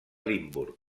limburg